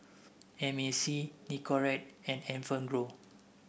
M A C Nicorette and Enfagrow